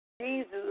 Jesus